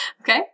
Okay